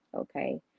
Okay